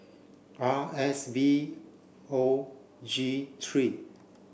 R S V O G three